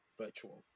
virtual